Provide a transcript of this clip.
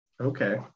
Okay